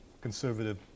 conservative